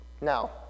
Now